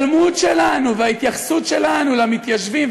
אני אומר לכם שההתעלמות שלנו וההתייחסות שלנו למתיישבים,